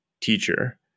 teacher